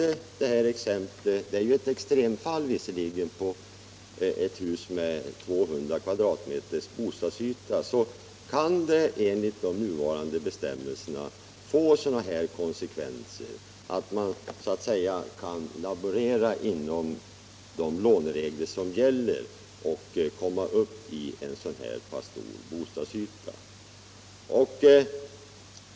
Visserligen är ett hus med 200 m” bostadsyta ett extremfall, men som jag nämnde i exemplet kan de nuvarande bestämmelserna få sådana konsekvenser att man genom att så att säga laborera inom de låneregler som gäller kan komma upp i en sådan bostadsyta.